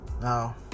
Now